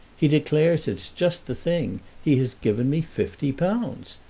he declares it's just the thing. he has given me fifty pounds.